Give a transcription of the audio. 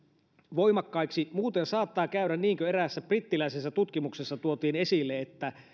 voimakkaiksi muuten saattaa käydä niin kuin eräässä brittiläisessä tutkimuksessa tuotiin esille että